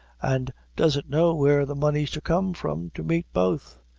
and doesn't know where the money's to come from to meet both.